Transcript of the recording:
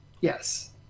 yes